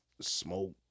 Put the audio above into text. smoke